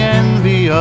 envy